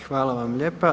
Hvala vam lijepa.